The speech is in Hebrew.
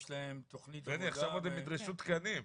בני, עכשיו הם עוד יידרשו תקנים.